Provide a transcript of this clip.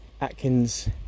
Atkins